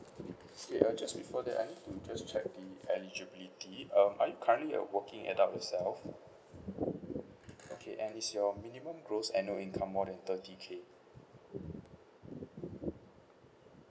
okay I just refer that I need to just check the eligibility um are you currently a working adult itself okay and is your minimum gross annual income more than thirty K